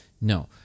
no